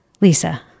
Lisa